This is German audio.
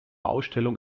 ausstellung